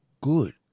good